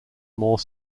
more